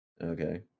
Okay